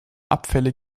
abfälle